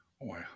Wow